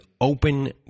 open